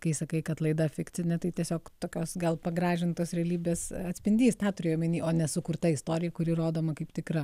kai sakai kad laida fikcinė tai tiesiog tokios gal pagražintos realybės atspindys tą turėjau omeny o ne sukurta istorija kuri rodoma kaip tikra